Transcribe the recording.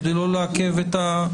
כדי לא לעכב את העבודה.